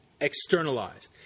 externalized